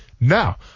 Now